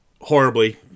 horribly